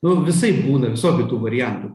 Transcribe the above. nu visaip būna visokių tų variantų